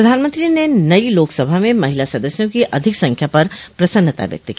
प्रधानमंत्री ने नई लोकसभा में महिला सदस्यों की अधिक संख्या पर प्रसन्नता व्यक्त की